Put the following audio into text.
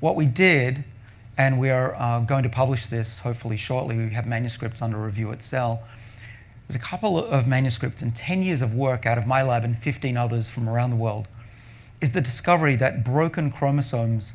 what we did and we are going to publish this hopefully shortly, we have manuscripts under review at cell there's a couple ah of manuscripts and ten years of work out of my lab and fifteen others from around the world is the discovery that broken chromosomes